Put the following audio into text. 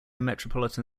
metropolitan